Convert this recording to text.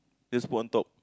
just put on top